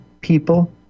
people